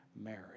marriage